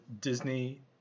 Disney